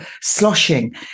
sloshing